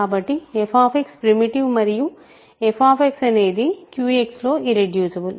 కాబట్టి f primitive మరియు f అనేది QX లో ఇర్రెడ్యూసిబుల్